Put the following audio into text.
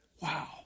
Wow